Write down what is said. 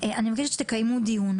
אני מבקשת שתקיימו דיון.